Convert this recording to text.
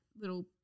little